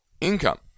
income